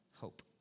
hope